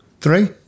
Three